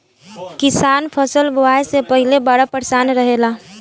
किसान फसल बुआई से पहिले बड़ा परेशान रहेला